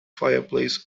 fireplace